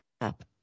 up